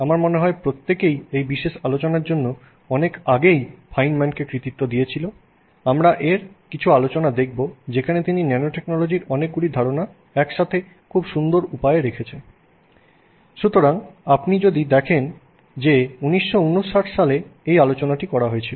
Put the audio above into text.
আমার মনে হয় প্রত্যেকেই এই বিশেষ আলোচনার জন্য অনেক আগেই ফাইনম্যানকে কৃতিত্ব দিয়েছিল আমরা এর কিছু আলোচনা দেখব যেখানে তিনি ন্যানোটেকনোলজির অনেকগুলি ধারণা একসাথে খুব সুন্দর উপায়ে রেখেছেন সুতরাং আপনি যদি এখানে দেখেন যে 1959 সালে এই আলোচনাটি করা হয়েছিল